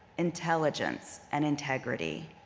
intelligence and integrity.